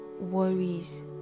worries